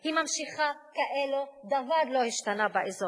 היא ממשיכה כאילו דבר לא השתנה באזור.